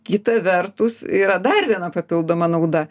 kita vertus yra dar viena papildoma nauda